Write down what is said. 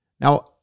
Now